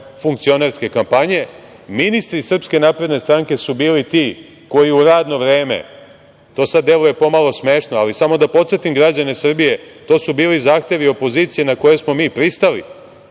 funkcionerske kampanje. Ministri SNS su bili ti koji u radno vreme, to sad deluje pomalo smešno ali samo da podsetim građane Srbije, to su bili zahtevi opozicije na koje smo mi pristali,